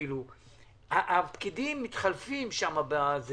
הפקידים מתחלפים שם אבל